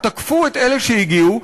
תקפו את אלה שהגיעו,